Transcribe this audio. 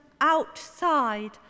outside